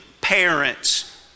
parents